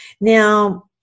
Now